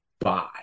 bye